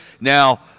Now